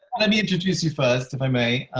let me introduce you first if i may.